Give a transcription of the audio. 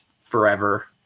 forever